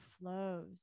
flows